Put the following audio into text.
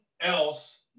else